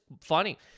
funny